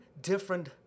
different